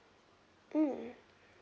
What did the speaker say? mm